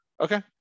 okay